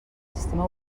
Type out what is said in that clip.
sistema